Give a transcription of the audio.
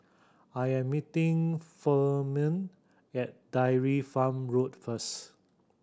I am meeting Furman at Dairy Farm Road first